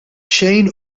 xejn